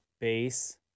Base